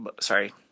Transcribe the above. Sorry